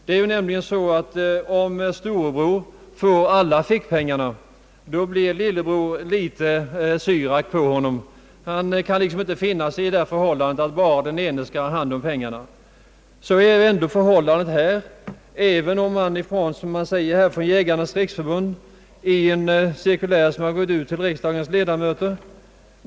Det är i regel så, att om storebror får alla fickpengarna så blir lillebror litet »syrak» på honom. Han kan inte finna sig i det förhållandet att bara den ene skall ha hand om pengarna. Så är ändå förhållandet här, även om man säger som man gör på Svenska jägarförbundet i ett cirkulär som har gått ut till riksdagens ledamöter.